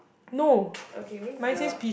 okay means the